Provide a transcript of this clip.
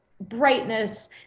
brightness